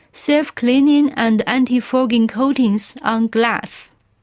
self-cleaning and anti-fogging coatings on glass.